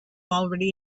already